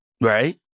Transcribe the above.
Right